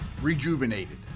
Rejuvenated